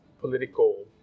political